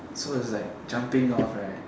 so it's like jumping off right